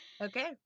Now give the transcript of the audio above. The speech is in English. okay